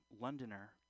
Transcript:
Londoner